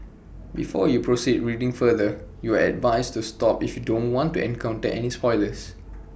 before you proceed reading further you are advised to stop if you don't want to encounter any spoilers